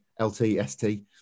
LTST